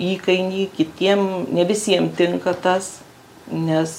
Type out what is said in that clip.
įkainiai kitiem ne visiems tinka tas nes